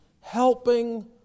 Helping